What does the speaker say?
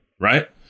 Right